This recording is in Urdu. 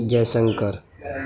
جے شنکر